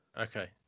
Okay